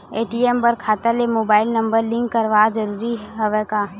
ATM बर खाता ले मुबाइल नम्बर लिंक करवाना ज़रूरी हवय का?